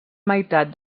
meitat